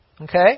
Okay